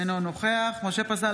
אינו נוכח משה פסל,